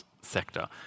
sector